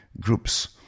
groups